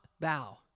bow